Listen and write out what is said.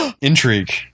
Intrigue